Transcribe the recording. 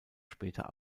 später